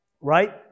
Right